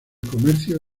comercio